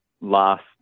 last